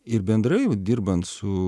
ir bendrai jau dirbant su